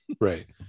right